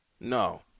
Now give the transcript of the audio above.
No